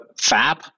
fab